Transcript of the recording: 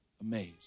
amazed